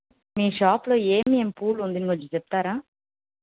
మీ షాప్లో ఏమేం పూలు ఉందని కొంచెం చెప్తారా